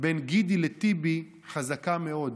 בין גידי לטיבי חזקה מאוד,